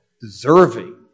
deserving